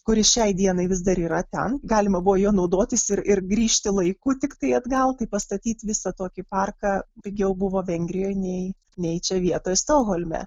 kuris šiai dienai vis dar yra ten galima buvo juo naudotis ir ir grįžti laiku tiktai atgal tai pastatyt visą tokį parką pigiau buvo vengrijoj nei nei čia vietoj stokholme